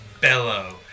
bellow